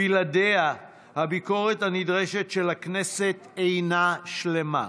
בלעדיה הביקורת הנדרשת של הכנסת אינה שלמה.